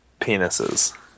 penises